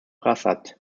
prasad